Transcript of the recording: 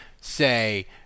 say